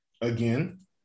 Again